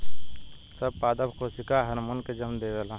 सब पादप कोशिका हार्मोन के जन्म देवेला